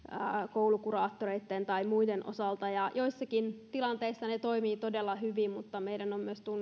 koulukuraattoreitten tai muiden osalta joissakin tilanteissa ne toimivat todella hyvin mutta meidän on myös